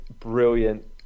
brilliant